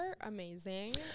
amazing